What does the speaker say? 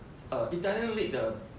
uh italian league the